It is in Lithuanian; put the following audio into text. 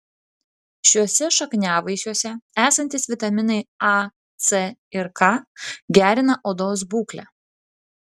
šiuose šakniavaisiuose esantys vitaminai a c ir k gerina odos būklę